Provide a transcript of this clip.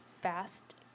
fast